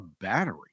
battery